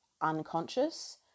unconscious